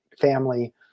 family